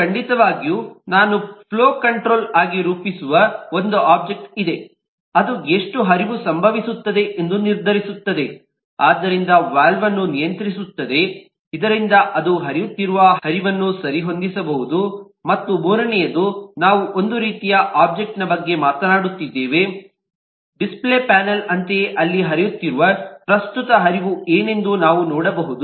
ಮತ್ತು ಖಂಡಿತವಾಗಿಯೂ ನಾವು ಫ್ಲೋ ಕಂಟ್ರೋಲರ್ ಆಗಿ ರೂಪಿಸುವ ಒಂದು ಒಬ್ಜೆಕ್ಟ್ ಇದೆ ಅದು ಎಷ್ಟು ಹರಿವು ಸಂಭವಿಸುತ್ತದೆ ಎಂದು ನಿರ್ಧರಿಸುತ್ತದೆ ಆದ್ದರಿಂದ ವಾಲ್ವ್ಅನ್ನು ನಿಯಂತ್ರಿಸುತ್ತದೆ ಇದರಿಂದ ಅದು ಹರಿಯುತ್ತಿರುವ ಹರಿವನ್ನು ಸರಿಹೊಂದಿಸಬಹುದು ಮತ್ತು ಮೂರನೆಯದು ನಾವು ಒಂದು ರೀತಿಯ ಒಬ್ಜೆಕ್ಟ್ನ ಬಗ್ಗೆ ಮಾತನಾಡುತ್ತಿದ್ದೇವೆ ಡಿಸ್ಪ್ಲೇ ಪ್ಯಾನಲ್ ಅಂತೆಯೇ ಅಲ್ಲಿ ಹರಿಯುತ್ತಿರುವ ಪ್ರಸ್ತುತ ಹರಿವು ಏನೆಂದು ನಾವು ನೋಡಬಹುದು